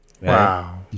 Wow